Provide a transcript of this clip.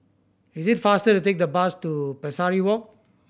is it faster to take the bus to Pesari Walk